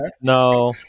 No